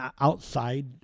outside